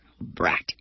brat